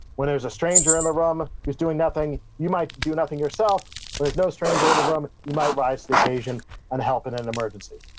when there's a stranger in the room who's doing nothing, you might do nothing yourself. when there's no stranger in the room, you might rise to the occasion and help in an emergency.